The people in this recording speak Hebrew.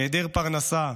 היעדר פרנסה,